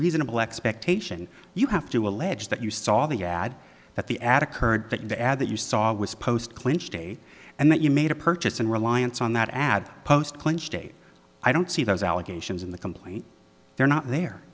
reasonable expectation you have to allege that you saw the ad that the ad occurred that in the ad that you saw was post clinch day and that you made a purchase and reliance on that ad post clinch state i don't see those allegations in the complaint they're not there